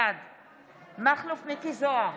בעד מכלוף מיקי זוהר,